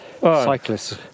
cyclists